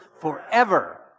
forever